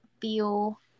feel